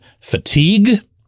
fatigue